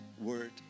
word